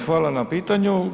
Hvala na pitanju.